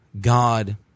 God